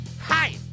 Hi